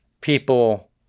people